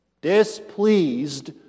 displeased